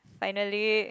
finally